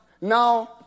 now